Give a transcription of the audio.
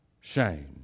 shame